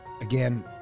Again